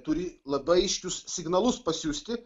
turi labai aiškius signalus pasiųsti